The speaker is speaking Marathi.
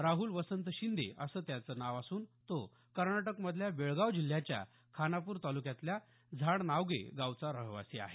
राहुल वसंत शिंदे असं त्याचं नाव असून तो कर्नाटकमधल्या बेळगाव जिल्ह्याच्या खानापूर तालुक्यातल्या झाड नावगे गावचा रहिवासी आहे